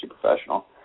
professional